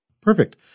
perfect